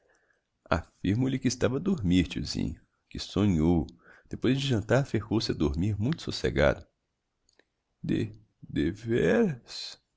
exquisita afirmo lhe que estava a dormir tiozinho que sonhou depois de jantar ferrou se a dormir muito socegado de devéras